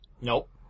Nope